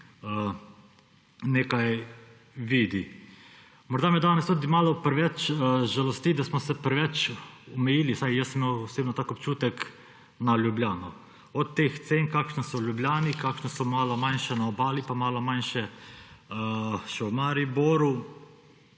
nekaj vidi. Morda me danes tudi malo preveč žalosti, da smo se preveč omejili, vsaj osebno sem imel tak občutek, na Ljubljano, od teh cen, kakšne so v Ljubljani, kakšne so malo manjše na Obali, pa malo manjše še v Mariboru.